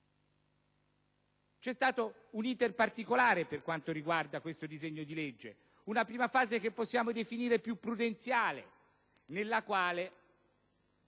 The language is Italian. C'è stato un *iter* particolare per quanto riguarda questo disegno di legge. In una prima fase, che potremmo definire più prudenziale, si è